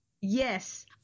Yes